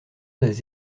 des